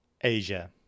Asia